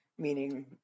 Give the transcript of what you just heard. Meaning